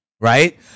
right